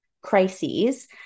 crises